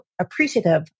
appreciative